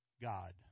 God